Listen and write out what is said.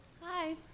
Hi